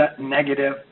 negative